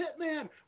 hitman